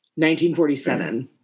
1947